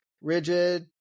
rigid